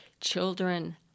Children